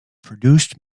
produced